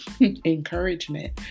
encouragement